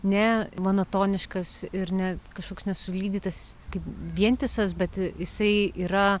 ne monotoniškas ir ne kažkoks nesulydytas kaip vientisas bet jisai yra